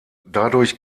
dadurch